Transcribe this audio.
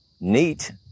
neat